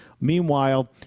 Meanwhile